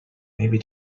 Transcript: maybe